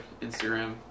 Instagram